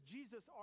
Jesus